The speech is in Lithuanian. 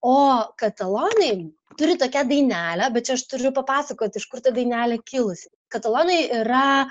o katalonai turi tokią dainelę bet čia aš turiu papasakot iš kur ta dainelė kilusi katalonai yra